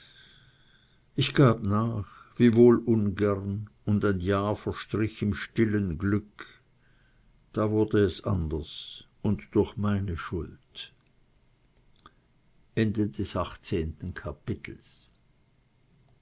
ich gab nach wiewohl ungern und ein jahr verstrich im stillen glück da wurde es anders und durch meine schuld